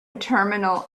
terminal